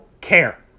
care